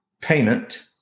payment